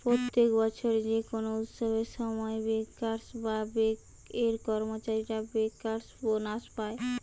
প্রত্যেক বছর যে কোনো উৎসবের সময় বেঙ্কার্স বা বেঙ্ক এর কর্মচারীরা বেঙ্কার্স বোনাস পায়